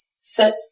set